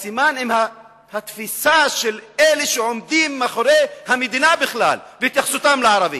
הבעיה עם התפיסה של אלה שעומדים מאחורי המדינה בכלל והתייחסותם לערבים.